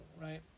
right